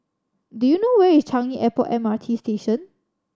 do you know where is Changi Airport M R T Station